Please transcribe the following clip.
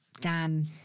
Dan